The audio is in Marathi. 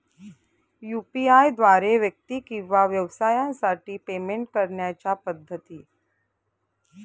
यू.पी.आय द्वारे व्यक्ती किंवा व्यवसायांसाठी पेमेंट करण्याच्या पद्धती